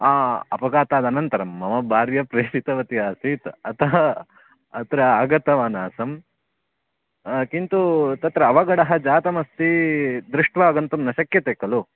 हा अपघातादनन्तरं मम भार्या प्रेषितवती आसीत् अतः अत्र आगतवानासं किन्तु तत्र अवगडः जातमस्ति दृष्ट्वा गन्तुं न शक्यते खलु